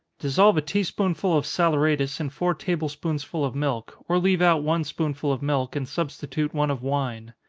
dissolve a tea-spoonful of saleratus in four table-spoonsful of milk, or leave out one spoonful of milk, and substitute one of wine.